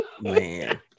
man